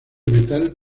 metal